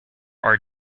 are